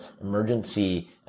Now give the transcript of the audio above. emergency